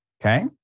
okay